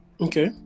Okay